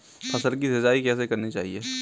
फसल की सिंचाई कैसे करनी चाहिए?